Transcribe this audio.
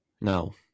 No